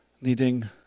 needing